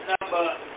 number